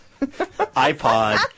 iPod